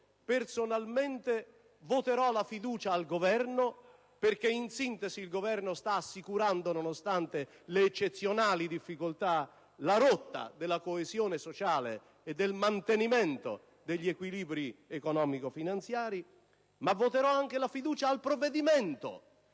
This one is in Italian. *(PdL)*. Voterò la fiducia al Governo che, in sintesi, sta assicurando, nonostante le eccezionali difficoltà, la rotta della coesione sociale e del mantenimento degli equilibri economico-finanziari. Ma voterò anche la fiducia al provvedimento,